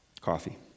coffee